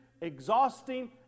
exhausting